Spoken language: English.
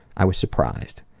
i was surprised.